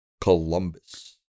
Columbus